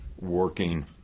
working